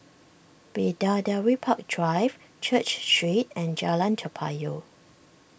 Bidadari Park Drive Church Street and Jalan Toa Payoh